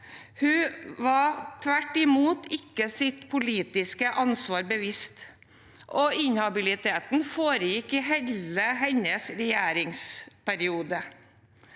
hun var seg tvert imot ikke sitt politiske ansvar bevisst, og inhabiliteten foregikk i hele hennes regjeringsperiode.